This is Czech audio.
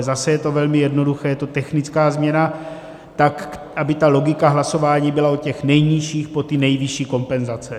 Zase je to velmi jednoduché, je to technická změna, tak aby ta logika hlasování byla od těch nejnižších po ty nejvyšší kompenzace.